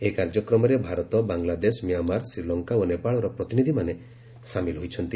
ଏହି କାର୍ଯ୍ୟକ୍ରମରେ ଭାରତ ବାଂଲାଦେଶ ମିଆଁମାର ଶ୍ରୀଲଙ୍କା ଓ ନେପାଳର ପ୍ରତିନିଧିମାନେ ସାମିଲ ହୋଇଛନ୍ତି